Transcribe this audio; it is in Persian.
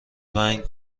ونگ